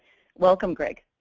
welcome, gregg.